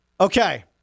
Okay